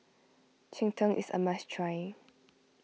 Cheng Tng is a must try